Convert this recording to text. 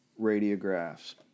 radiographs